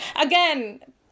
Again